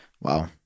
wow